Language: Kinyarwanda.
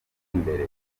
imbere